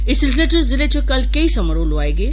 इस सिलसिले च जिले च कल केई समारोह लोआए गे